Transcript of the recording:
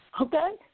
Okay